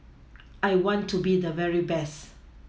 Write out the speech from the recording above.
I want to be the very best